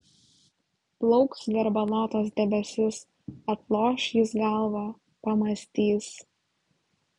plauks garbanotas debesis atloš jis galvą pamąstys